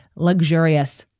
luxurious,